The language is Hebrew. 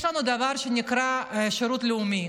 יש לנו דבר שנקרא שירות לאומי.